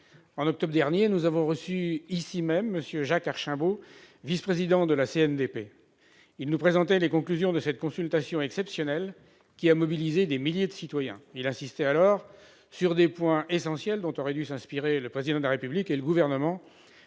En octobre dernier, nous avons reçu ici même M. Jacques Archimbaud, vice-président de la CNDP. Il nous a présenté les conclusions de cette consultation exceptionnelle, qui a mobilisé des milliers de citoyens. Il a insisté sur des points essentiels, dont auraient dû s'inspirer le Président de la République et le Gouvernement